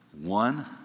One